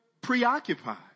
preoccupied